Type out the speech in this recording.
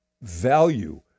value